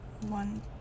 one